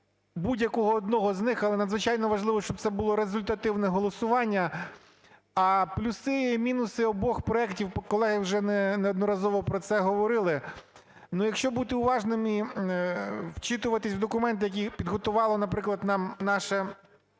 будь-якого одного з них, але надзвичайно важливо, щоб це було результативне голосування. А плюси і мінуси обох проектів, колеги вже неодноразово про це говорили. Якщо бути уважними, вчитуватись в документи, які підготувало, наприклад, нам наше